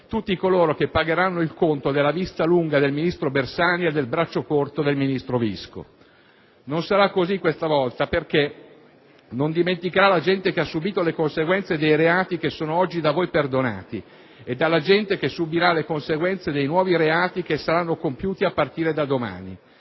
tutti coloro che pagheranno il conto della vista lunga del ministro Bersani, e del braccio corto del vice ministro Visco. Non sarà così questa volta, perché non dimenticherà la gente che ha subito le conseguenze dei reati che sono oggi da voi perdonati e dalla gente che subirà le conseguenze dei nuovi reati che saranno compiuti a partire da domani.